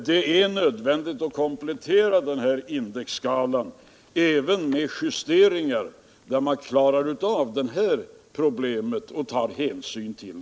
Det är nödvändigt att komplettera indexskalan med justeringar där man klarar av detta problem.